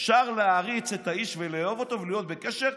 אפשר להעריץ את האיש ולאהוב אותו ולהיות בקשר,